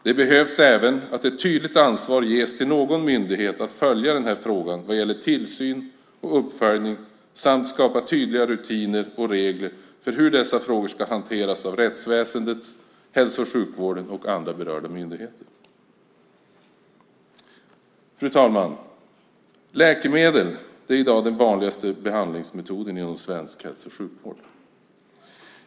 Man behöver även ge ett tydligt ansvar till någon myndighet att följa denna fråga vad gäller tillsyn och uppföljning samt skapa tydliga rutiner och regler för hur dessa frågor ska hanteras av rättsväsendet, hälso och sjukvården och andra berörda myndigheter. Fru talman! Läkemedel är i dag den vanligaste behandlingsmetoden inom svensk hälso och sjukvård.